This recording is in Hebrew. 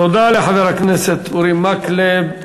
תודה לחבר הכנסת אורי מקלב.